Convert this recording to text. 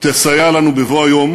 תסייע לנו בבוא היום